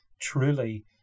truly